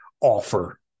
offer